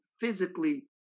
physically